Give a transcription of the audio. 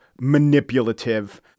manipulative